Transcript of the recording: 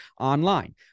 online